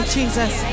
Jesus